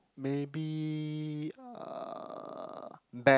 maybe uh band